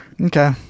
okay